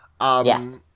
Yes